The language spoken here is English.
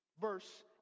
verse